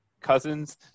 Cousins